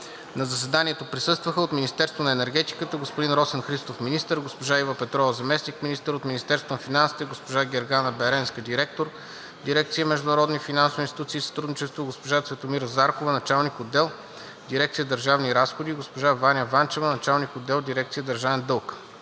На заседанието присъстваха: от Министерството на енергетиката – господин Росен Христов – министър, госпожа Ива Петрова – заместник-министър; от Министерството на финансите – госпожа Гергана Беренска – директор на дирекция „Международни финансови институции и сътрудничество“, госпожа Цветомира Заркова – началник-отдел, дирекция „Държавни разходи“, и госпожа Ваня Вачева – началник-отдел в дирекция „Държавен дълг“.